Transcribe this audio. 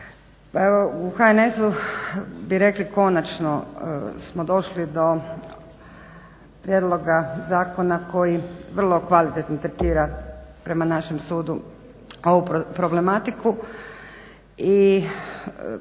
u HNS-u bi rekli konačno smo došli do prijedloga zakona koji vrlo kvalitetno tretira prema našem sudu ovu problematiku i